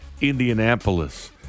Indianapolis